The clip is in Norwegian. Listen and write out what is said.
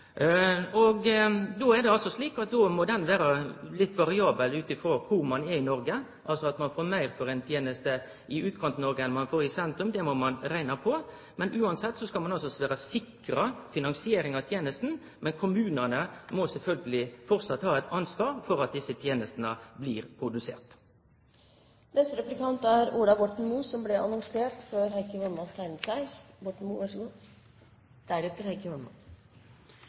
litt variabelt ut frå kor ein er i Noreg – ein får altså meir for ei teneste i Utkant-Noreg enn ein får i sentrum. Det må ein rekne på, men uansett skal ein vere sikra finansiering av tenesta, men kommunane må sjølvsagt framleis ha eit ansvar for at desse tenestene blir